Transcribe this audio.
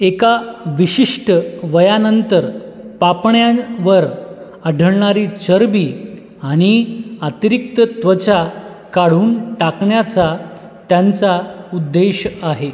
एका विशिष्ट वयानंतर पापण्यांवर आढळणारी चरबी आणि अतिरिक्त त्वचा काढून टाकण्याचा त्यांचा उद्देश आहे